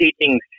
teaching